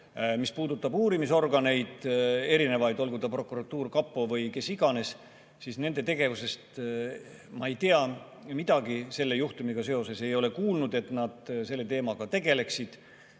puudutab uurimisorganeid, olgu see prokuratuur, kapo või kes iganes, siis nende tegevusest ma ei tea midagi selle juhtumiga seoses. Ei ole kuulnud, et nad selle teemaga tegeleksid.